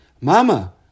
Mama